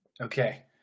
Okay